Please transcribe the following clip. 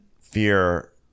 fear